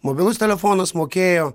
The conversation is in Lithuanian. mobilus telefonas mokėjo